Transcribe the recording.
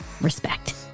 respect